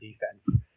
defense